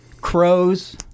Crows